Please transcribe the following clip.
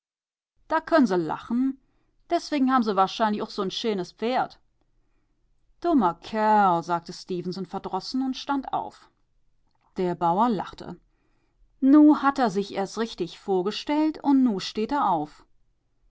da könn se lachen deswegen haben se wahrscheinlich ooch so'n scheenes pferd dummer kerl sagte stefenson verdrossen und stand auf der bauer lachte nu hat a sich erst richtig vorgestellt und nu steht er auf